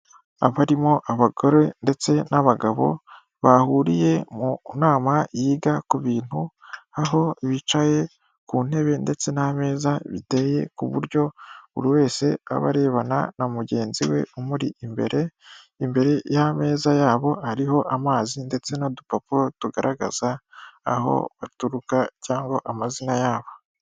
Abarimo abagore ndetse n'abagabo bahuriye mu nama yiga ku bintu aho bicaye ku ntebe ndetse n'ameza biteye ku buryo buri wese aba arebana na mugenzi we umuri imbere. Imbere y'ameza yabo hariho amazi ndetse n'udupapuro tugaragaza aho baturuka cyangwa amazina yabo.